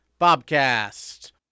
Bobcast